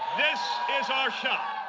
this is our shot,